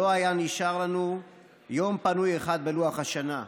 לא היה נשאר לנו יום פנוי אחד בלוח השנה.